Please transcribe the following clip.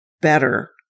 better